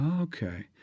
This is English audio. Okay